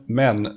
men